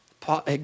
Paul